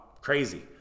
crazy